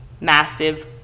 massive